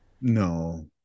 No